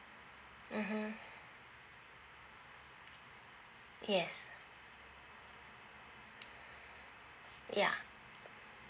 mmhmm yes ya